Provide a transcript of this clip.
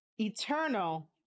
eternal